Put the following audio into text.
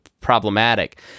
problematic